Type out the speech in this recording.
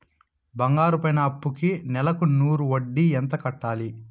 బంగారం పైన అప్పుకి నెలకు నూరు వడ్డీ ఎంత కట్టాలి?